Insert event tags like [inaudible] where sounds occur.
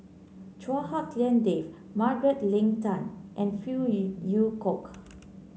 Chua Hak Lien Dave Margaret Leng Tan and Phey [unintelligible] Yew Kok